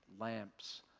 lamps